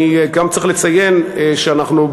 אני גם צריך לציין שאנחנו,